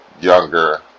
younger